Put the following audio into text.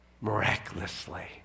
miraculously